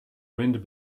wind